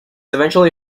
eventually